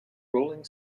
rolling